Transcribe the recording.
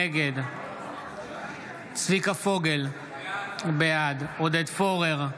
נגד צביקה פוגל, בעד עודד פורר,